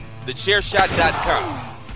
TheChairShot.com